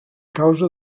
causa